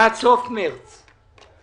עד סוף חודש מארס.